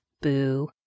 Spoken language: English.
Boo